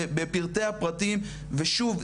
בפרטי הפרטים ושוב,